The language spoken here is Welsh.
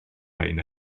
rhain